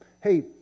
hey